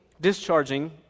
discharging